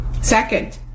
Second